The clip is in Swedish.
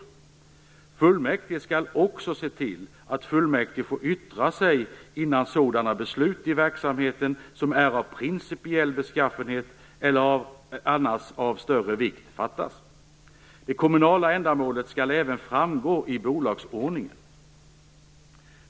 Fullmäktige skall också se till att fullmäktige får yttra sig innan sådana beslut i verksamheten som är av principiell beskaffenhet eller annars av större vikt fattas. Det kommunala ändamålet skall även framgå av bolagsordningen.